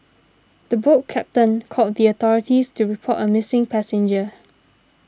the boat captain called the authorities to report a missing passenger